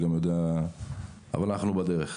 אנחנו בדרך.